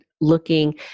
looking